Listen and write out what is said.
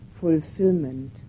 fulfillment